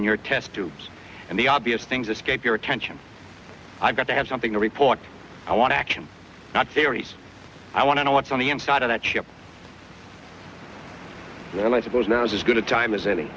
in your test tubes and the obvious things escape your attention i've got to have something to report i want to action not series i want to know what's on the inside of that ship and i suppose now just good a time as any